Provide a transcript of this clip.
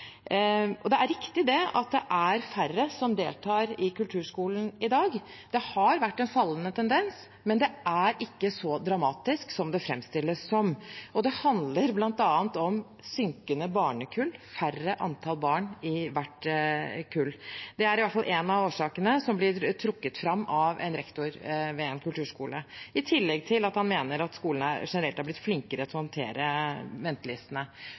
Det er riktig at det er færre som deltar i kulturskolen i dag. Det har vært en fallende tendens, men det er ikke så dramatisk som det framstilles som. Det handler bl.a. om synkende barnekull, færre antall barn i hvert kull. Det er iallfall én av årsakene som ble trukket fram av en rektor ved en kulturskole. I tillegg mente han at skolene generelt sett er blitt flinkere til å håndtere ventelistene.